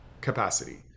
capacity